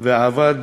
ועבד